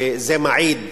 וזה מעיד